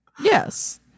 yes